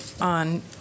on